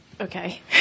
Okay